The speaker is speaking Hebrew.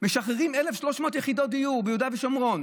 משחררים 1,300 יחידות דיור ביהודה ושומרון,